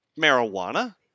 marijuana